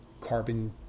Carbon